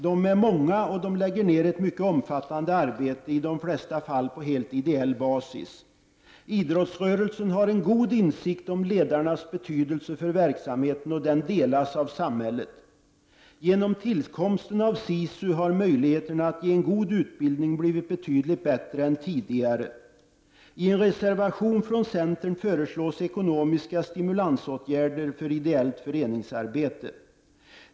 De är många, och de lägger ner ett mycket omfattande arbete, i de flesta fall på helt ideell basis. Idrottsrörelsen har en god insikt om ledarnas betydelse för verksamheten, och den delas av samhället. Genom tillkomsten av SISU har möjligheterna att ge en god utbildning blivit betydligt bättre än tidigare. I en reservation från centern föreslås ekonomiska stimulansåtgärder för ideellt föreningsarbete.